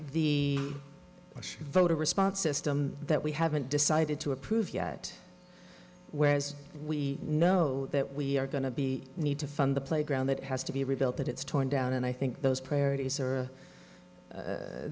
bush voter response system that we haven't decided to approve yet whereas we know that we are going to be need to fund the playground that has to be rebuilt that it's torn down and i think those priorities are